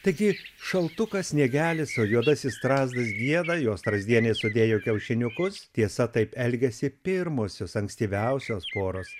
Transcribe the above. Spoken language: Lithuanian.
taigi šaltukas sniegelis o juodasis strazdas gieda jos strazdienė sudėjo kiaušiniukus tiesa taip elgiasi pirmosios ankstyviausios poros